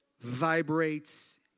vibrates